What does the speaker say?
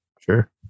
Sure